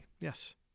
Yes